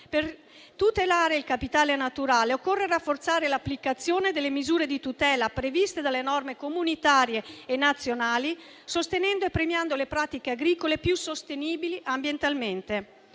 Per tutelare il capitale naturale occorre rafforzare l'applicazione delle misure di tutela previste dalle norme comunitarie e nazionali sostenendo e premiando le pratiche agricole più sostenibili ambientalmente.